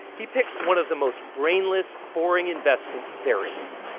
he picks one of the most brainless, boring investments there is